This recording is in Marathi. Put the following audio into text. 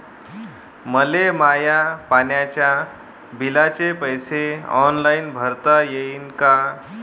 मले माया पाण्याच्या बिलाचे पैसे ऑनलाईन भरता येईन का?